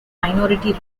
minority